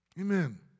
Amen